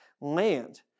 land